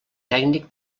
tècnic